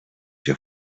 your